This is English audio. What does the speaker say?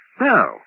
No